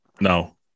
no